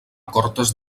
cortes